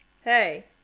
Hey